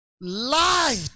light